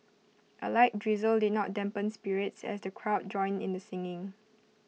A light drizzle did not dampen spirits as the crowd joined in the singing